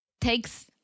takes